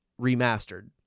remastered